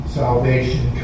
salvation